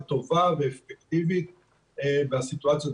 טובה ואפקטיבית בסיטואציה הזאת.